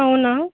అవునా